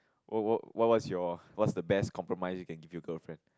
what what what's your what's the best compromise you can give your girlfriend